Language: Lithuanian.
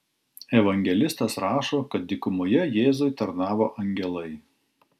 evangelistas rašo kad dykumoje jėzui tarnavo angelai